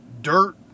dirt